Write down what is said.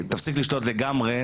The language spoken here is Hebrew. והיא תפסיק לשתות לגמרי,